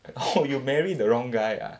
oh you marry the wrong guy ah